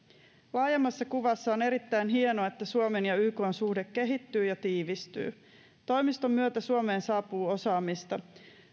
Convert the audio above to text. laajemmassa kuvassa on erittäin hienoa että suomen ja ykn suhde kehittyy ja tiivistyy toimiston myötä suomeen saapuu osaamista